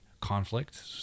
conflict